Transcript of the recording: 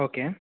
okay